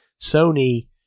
Sony